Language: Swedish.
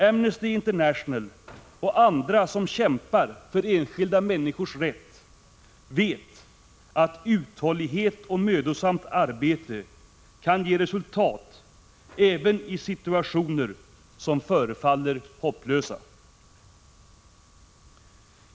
Amnesty International och andra som kämpar för enskilda människors rätt vet att uthålligt och mödosamt arbete kan ge resultat, även i situationer som förefaller hopplösa.